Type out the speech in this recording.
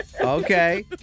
Okay